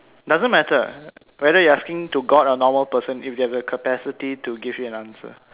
doesn't matter whether you're asking to God or normal person if they have the capacity to give you an answer